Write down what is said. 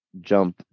jump